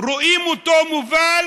רואים אותו מובל